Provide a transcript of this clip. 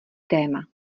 téma